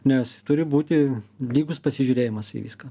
nes turi būti lygus pasižiūrėjimas į viską